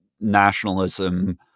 nationalism